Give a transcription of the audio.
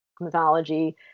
mythology